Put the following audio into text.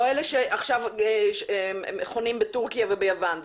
לא אלה שחונים בתורכיה וביוון.